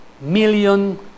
million